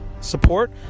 support